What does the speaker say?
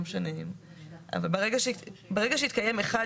אבל ברגע שהתקיים (1),